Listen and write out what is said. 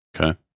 Okay